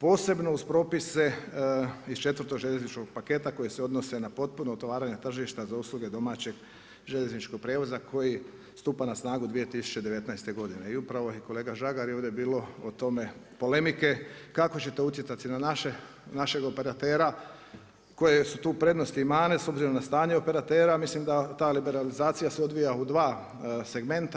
Posebno uz propise iz četvrtog željezničkog paketa koje se odnose na potpuno otvaranje tržišta za usluge domaćeg željezničkog prijevoza koji stupa na snagu 2019. godine i upravo je i kolega Žagar i ovdje je bilo o tome polemike, kako će to utjecati na našeg operatera, koje su tu prednosti i mane s obzirom na stanje operatera, mislim da ta liberalizacija se odvija u dva segmenta.